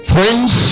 Friends